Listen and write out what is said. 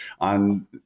on